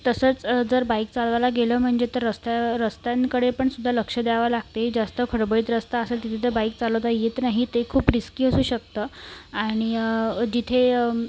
तसंच जर बाईक चालवायला गेलं म्हणजे तर रस्त्या रस्त्यांकडे पणसुद्धा लक्ष द्यावं लागते जास्त खडबडीत रस्ता असेल तिथं तर बाईक चालवता येत नाही ते खूप रिस्की असू शकतं आणि जिथे